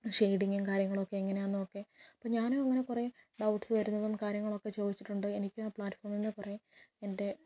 ഷെയ്ഡിങ്ങും കാര്യങ്ങളൊക്കെ എങ്ങനെയാന്നുമൊക്കെ അപ്പം ഞാനും അങ്ങനെ കുറെ ഡൗട്ട്സ് വരുന്നതും കാര്യങ്ങളൊക്കെ ചോദിച്ചിട്ടുണ്ട് എനിക്കും ആ പ്ലാറ്റഫോമിന്ന് കുറെ എൻ്റെ